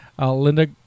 Linda